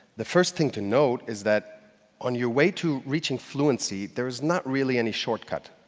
the first thing to note is that on your way to reaching fluency, there is not really any shortcut.